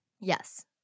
Yes